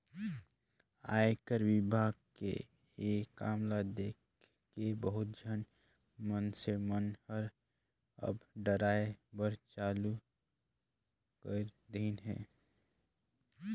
आयकर विभाग के ये काम ल देखके बहुत झन मइनसे मन हर अब डराय बर चालू कइर देहिन हे